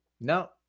No